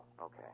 okay